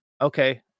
okay